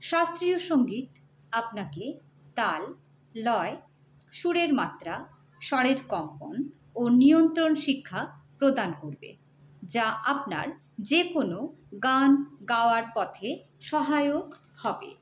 শাস্ত্রীয় সঙ্গীত আপনাকে তাল লয় সুরের মাত্রা স্বরের কম্পন ও নিয়ন্ত্রণ শিক্ষা প্রদান করবে যা আপনার যে কোনো গান গাওয়ার পথে সহায়ক হবে